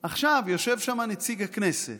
עכשיו יושב שם נציג הכנסת,